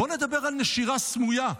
בואו נדבר על נשירה סמויה.